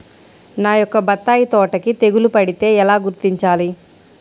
నా యొక్క బత్తాయి తోటకి తెగులు పడితే ఎలా గుర్తించాలి?